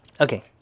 Okay